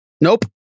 nope